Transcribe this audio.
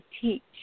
teach